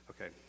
Okay